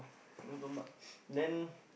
no don't but then